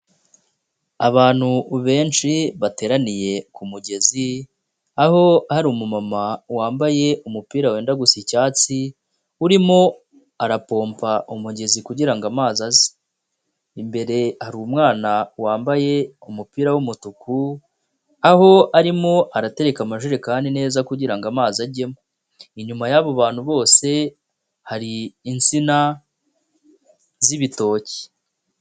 Abantu benshi bateraniye ku mugezi, aho hari umumama wambaye umupira wenda gusa icyatsi, urimo arapompa umugezi kugira ngo amazi aze, imbere hari umwana wambaye umupira w'umutuku aho arimo aratereka amajerekani neza kugira ngo amazi ajyemo, inyuma y'abo bantu bose hari insina z'ibitoki.